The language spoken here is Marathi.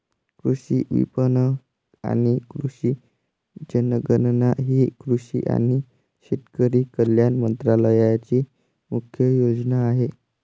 कृषी विपणन आणि कृषी जनगणना ही कृषी आणि शेतकरी कल्याण मंत्रालयाची मुख्य योजना आहे